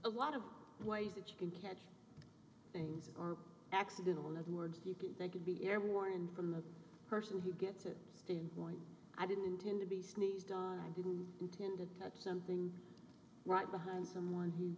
a lot of ways that you can catch things are accidental in other words you can thank you be airborne from the person who gets to stand point i didn't intend to be sneezed on i didn't intend it that something right behind someone who